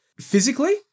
Physically